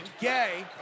Gay